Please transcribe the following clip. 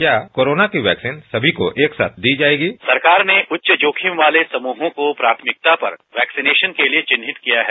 क्या कोरोना की वैक्सीन सभी को एक साथ दी जाएगी सरकार ने उच्च जोखिम वाले समूहों को प्राथमिकता पर वैक्सीनेशन के लिए चिन्नहित किया है